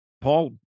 Paul